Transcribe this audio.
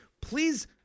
please